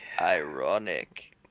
ironic